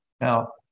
Now